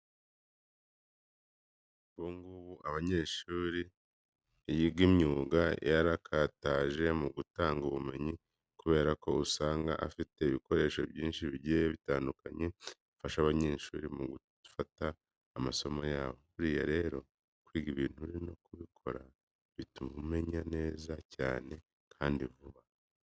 Ubu ngubu amashuri yigisha imyuga yarakataje mu gutanga ubumenyi, kubera ko usanga afite ibikoresho byinshi bigiye bitandukanye, bifasha abanyeshuri mu gufata amasomo yabo. Buriya rero kwiga ibintu uri no kubikora bituma ubimenya neza cyane kandi vuba.